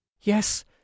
yes